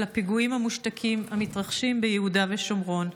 הפיגועים המושתקים המתרחשים ביהודה ושומרון.